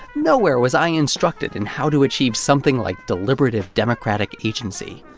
nowhere was i instructed in how to achieve something like deliberative, democratic agency.